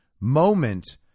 moment